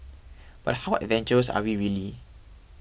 but how adventurous are we really